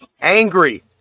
angry